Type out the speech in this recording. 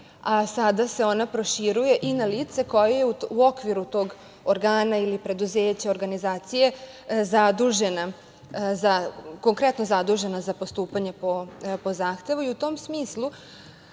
a sada se ona proširuje i na lice koje je u okviru tog organa ili preduzeća, organizacije konkretno zadužena za postupanje po zahtevu. U tom smislu